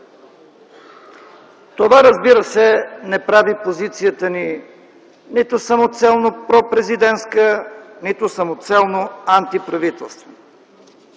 Това, разбира се, не прави позицията ни нито самоцелно пропрезидентска, нито самоцелно антиправителствена.